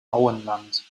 auenland